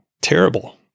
terrible